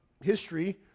history